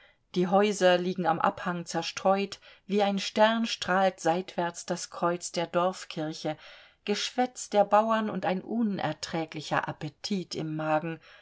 die häuser liegen am abhang zerstreut wie ein stern strahlt seitwärts das kreuz der dorfkirche geschwätz der bauern und ein unerträglicher appetit im magen